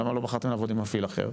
למה לא בחרתם לעבוד עם מפעיל אחר?